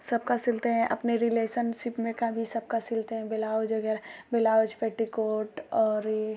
सबका सिलते हैं अपने रिलेसनसिप में का भी सबका सिलते हैं बेलाउज वगैरह बिलाउज पेटीकोट और ये